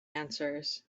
answers